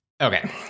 Okay